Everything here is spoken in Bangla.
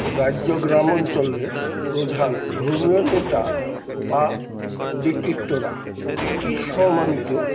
রাজ্য গ্রাম অঞ্চলে প্রধান ধর্মীয় নেতা বা ব্যক্তিত্বরা কী কী সম্মানিত